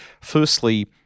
firstly